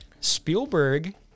Spielberg